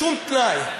בשום תנאי,